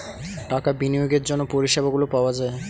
টাকা বিনিয়োগের জন্য পরিষেবাগুলো পাওয়া যায়